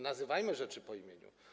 Nazywajmy rzeczy po imieniu.